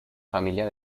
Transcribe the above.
familia